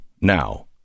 now